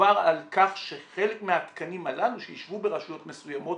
מדובר על כך שחלק מהתקנים הללו שישבו ברשויות מסוימות